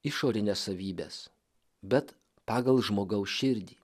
išorines savybes bet pagal žmogaus širdį